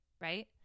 right